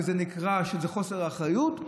שזה נקרא חוסר אחריות,